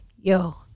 yo